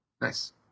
Nice